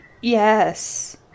Yes